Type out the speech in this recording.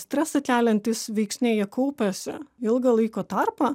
stresą keliantys veiksniai jie kaupiasi ilgą laiko tarpą